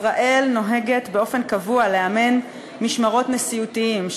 ישראל נוהגת באופן קבוע לאמן משמרות נשיאותיים,